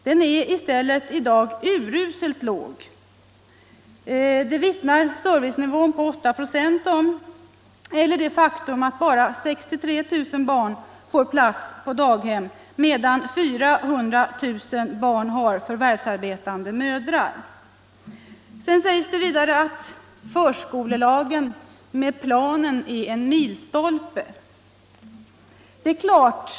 Den är i stället i dag uruselt låg. Det vittnar servicenivån på 8 96 om, eller det faktum att bara 63 000 barn får plats på daghem, medan 400 000 barn i 0-6 år har förvärvsarbetande mödrar. Sedan sägs det att förskolelagens krav på upprättande av planer för utbyggnaden av förskoleverksamheten är en milstolpe.